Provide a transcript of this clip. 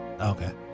Okay